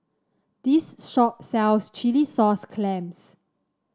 this shop sells Chilli Sauce Clams